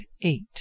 eight